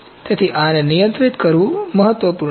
તેથી આને નિયંત્રિત કરવું મહત્વપૂર્ણ છે